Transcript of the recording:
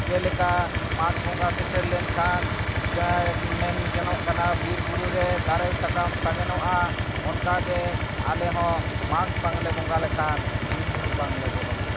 ᱡᱮᱞᱮᱠᱟ ᱢᱟᱜᱽ ᱵᱚᱸᱜᱟ ᱥᱮᱴᱮᱨ ᱞᱮᱱᱠᱷᱟᱱ ᱡᱟᱦᱟᱸ ᱢᱮᱱ ᱜᱟᱱᱚᱜ ᱠᱟᱱᱟ ᱵᱤᱨᱼᱵᱩᱨᱩ ᱨᱮ ᱫᱟᱨᱮ ᱥᱟᱠᱟᱢ ᱥᱟᱜᱮᱱᱚᱜᱼᱟ ᱚᱱᱠᱟᱜᱮ ᱟᱞᱮ ᱦᱚᱸ ᱢᱟᱜᱽ ᱵᱟᱝᱞᱮ ᱵᱚᱸᱜᱟ ᱞᱮᱠᱷᱟᱱ ᱵᱤᱨᱼᱵᱩᱨᱩ ᱵᱟᱝᱞᱮ ᱵᱚᱞᱚᱱᱟ